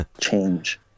change